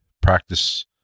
practice